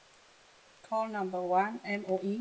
call number one M_O_E